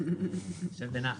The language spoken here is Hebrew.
יושב בנחת.